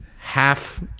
half